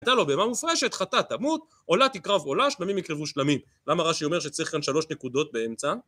הייתה לו בהמה מופרשת, חטא תמות, עולה תקרב עולה, שלמים יקרבו שלמים. למה רשי אומר שצריכים שלוש נקודות באמצע?